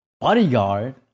bodyguard